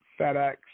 FedEx